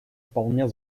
вполне